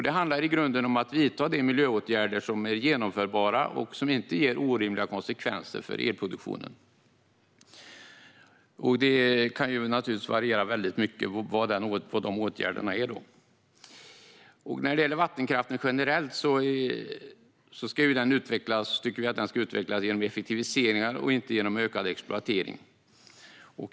Det handlar i grunden om att vidta de miljöåtgärder som är genomförbara och som inte ger orimliga konsekvenser för elproduktionen. Vilka dessa åtgärder är kan naturligtvis variera väldigt mycket. När det gäller vattenkraften generellt tycker vi att den ska utvecklas genom effektiviseringar och inte genom en ökad exploatering.